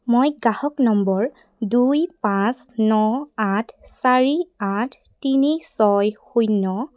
মই গ্ৰাহক নম্বৰ দুই পাঁচ ন আঠ চাৰি আঠ তিনি ছয় শূন্য